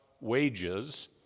wages